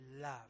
love